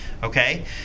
Okay